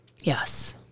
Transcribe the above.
Yes